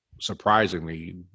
surprisingly